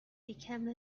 become